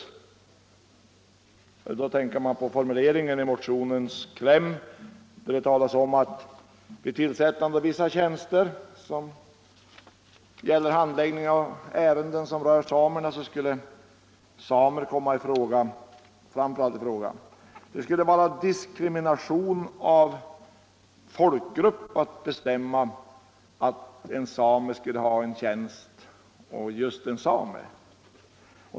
Då tänker man på formuleringen i motionens kläm där det talas om att de tjänster vilkas innehavare handlägger samefrågor bör besättas med samer i första hand. Det skulle vara diskriminering av folkgrupp att bestämma att just en same skulle ha en viss tjänst!